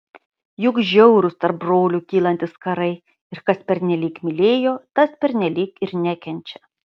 juk žiaurūs tarp brolių kylantys karai ir kas pernelyg mylėjo tas pernelyg ir nekenčia